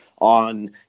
on